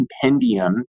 compendium